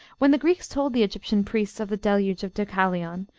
when the greeks told the egyptian priests of the deluge of deucalion,